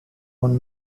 one